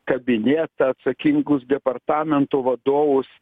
kabinetą atsakingus departamentų vadovus